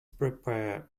prepare